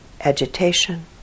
agitation